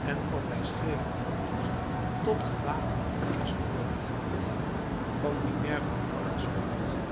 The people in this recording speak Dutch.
en van wijsgeerig protest tot gewapend protest overgaat van minerva pallas wordt